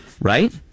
Right